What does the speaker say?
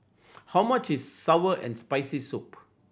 how much is sour and Spicy Soup